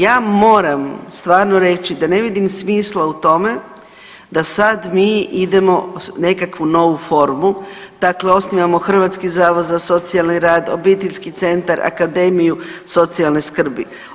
Ja moram stvarno reći da ne vidim smisla u tome da sad mi idemo nekakvu novu formu, dakle osnivamo Hrvatski zavod za socijalni rad, obiteljski centar, akademiju socijalne skrbi.